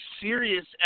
serious